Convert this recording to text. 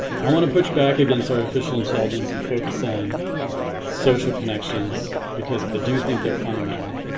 i want to push back against artificial intelligence and focus on social connections because i do think they're fundamental,